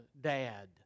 dad